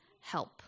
help